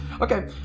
Okay